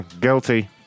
guilty